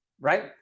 right